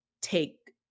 take